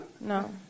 No